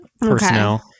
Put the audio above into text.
personnel